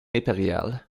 impériale